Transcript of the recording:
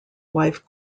wife